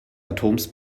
atoms